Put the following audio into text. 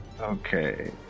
Okay